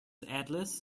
atlas